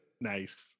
nice